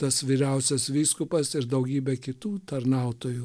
tas vyriausias vyskupas ir daugybė kitų tarnautojų